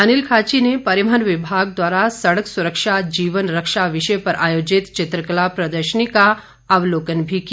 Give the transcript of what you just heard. अनिल खाची ने परिवहन विभाग द्वारा सड़क सुरक्षा जीवन रक्षा विषय पर आयोजित चित्रकला प्रदर्शनी का अवलोकन भी किया